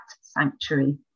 sanctuary